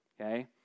okay